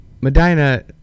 medina